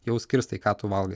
jau skirstai ką tu valgai